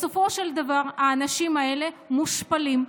בסופו של דבר האנשים האלה מושפלים,